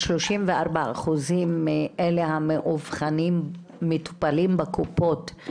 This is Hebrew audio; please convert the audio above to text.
34 אחוזים מהמאובחנים מטופלים בקופות,